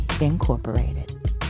Incorporated